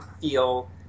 feel